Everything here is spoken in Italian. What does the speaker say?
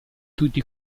tutti